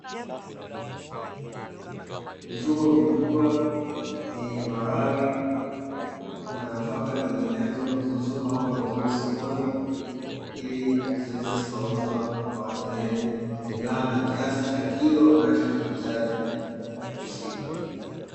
Mifuko mikubwa yenye maharage na nafaka nyinginezo zilizopangwa vizuri sokoni, ili ziweze zikauzwa kwa watumiaji kulingana na kiasi cha kilo anachokihitaji muhusika.